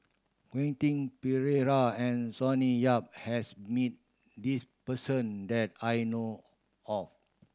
Quentin Pereira and Sonny Yap has meet this person that I know of